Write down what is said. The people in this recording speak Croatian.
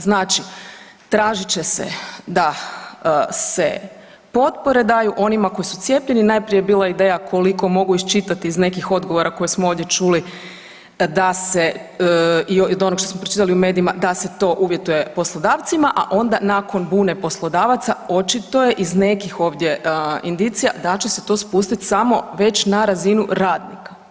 Znači, tražit će se da se potpore daju onima koji su cijepljeni, najprije je bila ideja koliko mogu iščitati iz nekih odgovora koje smo ovdje čuli da se, od onog što smo pročitali u medijima, da se to uvjetuje poslodavcima a onda nakon bune poslodavaca, očito je iz nekih ovdje indicija da će se to spustiti samo već na razinu radnika.